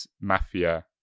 mafia